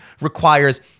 requires